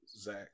Zach